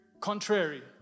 contrary